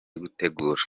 gutegura